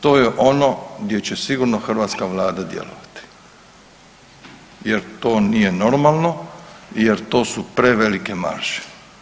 To je ono gdje će sigurno hrvatska Vlada djelovati jer to nije normalno, jer to su prevelike marže.